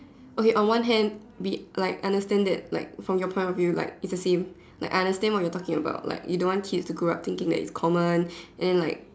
okay on one hand we like understand that like from your point of view like it's the same like I understand what you are talking about like you don't want kids to grow up thinking like it's common and then like